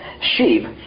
Sheep